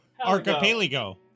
archipelago